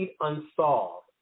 Unsolved